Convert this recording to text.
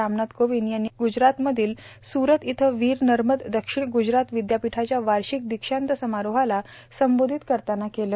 रामनाथ कोविंद यांनी काल ग्रजरात मधील स्वरत इथं वीर नर्मद दक्षिण ग्रजरात विद्यापीठाच्या वार्षिक दिक्षांत समारोहाला संबोधित करतांना केलं